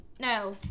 No